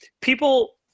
people